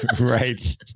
Right